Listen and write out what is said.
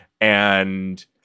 And-